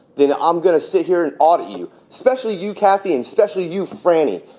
then i'm going to sit here and order you, especially you. coffee, and especially you, frannie.